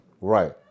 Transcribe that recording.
Right